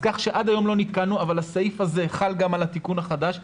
עד היום לא נתקלנו אבל הסעיף הזה חל גם על התיקון החדש.